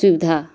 सुबिधा